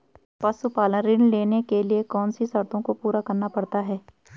पशुपालन ऋण लेने के लिए कौन सी शर्तों को पूरा करना पड़ता है?